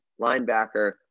linebacker